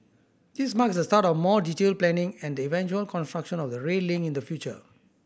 this marks the start of more detailed planning and the eventual construction of the rail link in the future